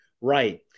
right